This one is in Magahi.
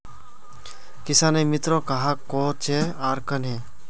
किसानेर मित्र कहाक कोहचे आर कन्हे?